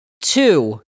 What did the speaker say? two